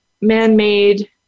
man-made